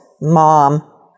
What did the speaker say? mom